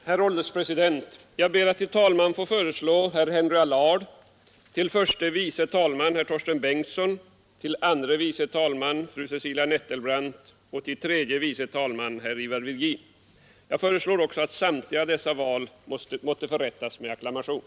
Herr ålderspresident! Jag ber att till talman få föreslå herr Henry Allard, till förste vice talman herr Torsten Bengtson, till andre vice talman fru Cecilia Nettelbrandt och till tredje vice talman herr Ivar Virgin. Jag föreslår också att samtliga dessa val måtte företas med acklamation.